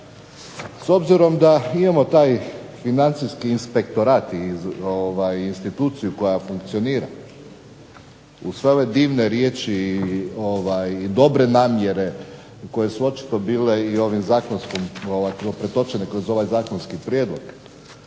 S obzirom da imamo taj Financijski inspektorat i instituciju koja funkcionira uz sve ove divne riječi i dobre namjere koje su očito bile i ovim zakonskim, pretočene kroz ovaj zakonski prijedlog